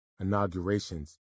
inaugurations